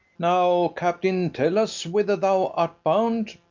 now, captain, tell us whither thou art bound?